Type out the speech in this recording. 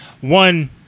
One